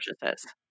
purchases